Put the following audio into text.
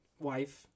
wife